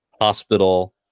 hospital